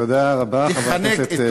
תודה רבה, חבר הכנסת ברכה.